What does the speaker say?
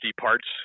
parts